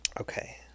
Okay